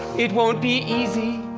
it won't be easy.